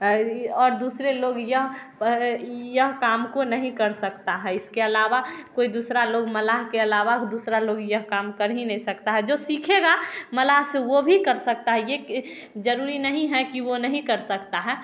और ये दूसरे लोग यह यह काम को नहीं कर सकता है इसके आलावा कोई दूसरा लोग मलाह के आलावा दूसरा लोग यह काम कर ही नहीं सकता है जो सीखेगा मलाह से वो भी कर सकता है ये एक जरुरी नहीं है कि वो नहीं कर सकता है